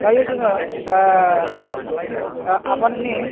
दायो जोङो आबादनि